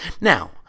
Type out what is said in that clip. Now